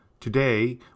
Today